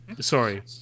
Sorry